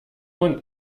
und